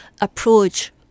approach